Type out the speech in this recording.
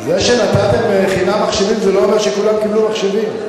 זה שנתתם חינם מחשבים זה לא אומר שכולם קיבלו מחשבים.